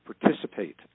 participate